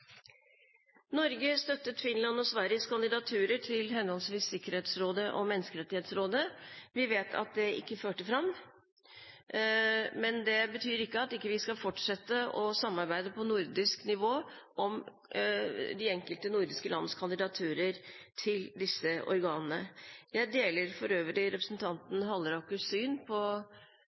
Norge støttet Finlands og Sveriges kandidaturer til henholdsvis Sikkerhetsrådet og Menneskerettighetsrådet. Vi vet at det ikke førte fram, men det betyr ikke at vi ikke skal fortsette å samarbeide på nordisk nivå om de enkelte nordiske lands kandidaturer til disse organene. Jeg deler for øvrig representanten Hallerakers syn på